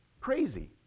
Crazy